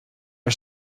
are